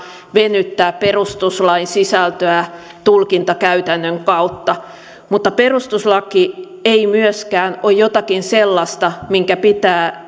venyttää perustuslain sisältöä tulkintakäytännön kautta mutta perustuslaki ei myöskään ole jotakin sellaista minkä pitää